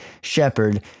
shepherd